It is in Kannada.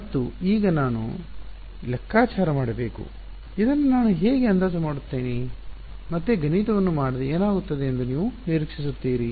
ಮತ್ತು ಈಗ ನಾನು ಲೆಕ್ಕಾಚಾರ ಮಾಡಬೇಕು ಇದನ್ನು ನಾನು ಹೇಗೆ ಅಂದಾಜು ಮಾಡುತ್ತೇನೆ ಮತ್ತೆ ಗಣಿತವನ್ನು ಮಾಡದೆ ಏನಾಗುತ್ತದೆ ಎಂದು ನೀವು ನಿರೀಕ್ಷಿಸುತ್ತೀರಿ